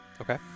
Okay